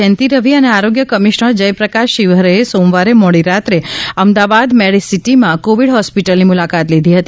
જયંતી રવિ અને આરોગ્ય કમિશનર જયપ્રકાશ શિવહરેએ સોમવારે મોડી રાત્રે અમદાવાદ મેડિસિટીમાં ક્રોવિડ હોસ્પિટલની મુલાકાત લીધી હતી